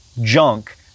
junk